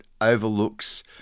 overlooks